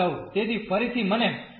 તેથી ફરીથી મને ફક્ત ઉલ્લેખ કરવા દો